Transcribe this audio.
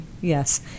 yes